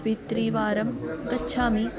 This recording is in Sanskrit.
द्वित्रिवारं गच्छामि